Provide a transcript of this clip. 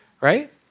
Right